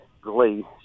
Glee